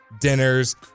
dinners